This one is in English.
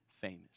famous